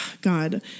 God